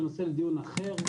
זה נושא לדיון אחר.